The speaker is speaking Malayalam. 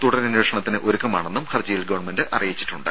തുടരന്വേഷണത്തിന് ഒരുക്കമാണെന്നും ഹർജിയിൽ ഗവൺമെന്റ് അറിയിച്ചിട്ടുണ്ട്